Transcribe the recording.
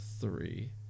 three